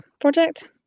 project